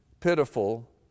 Pitiful